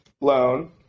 loan